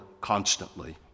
constantly